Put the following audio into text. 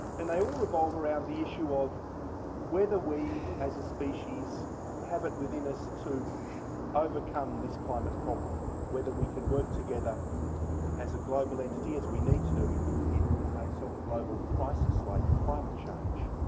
and they all revolve around the issue of whether we as a species have it within us to overcome this climate problem, whether we can work together as a global entity as we need to do in the face of a global crisis, like climate change,